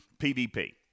PvP